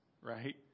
right